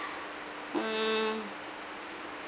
mm